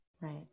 right